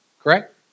Correct